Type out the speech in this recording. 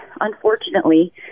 unfortunately